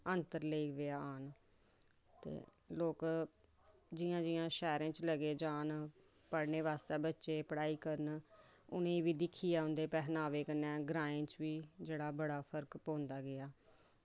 अंतर लग्गी पेआ आन ते लोग जियां जियां शैह्रें च लग्गे जान पढ़ने बास्तै बच्चें पढ़ाई करन उ'नेंगी दिक्खियै बी उं'दे पैहनावे कन्नै ग्राएं च बी जेह्ड़ा बड़ा फर्क पौंदा गेआ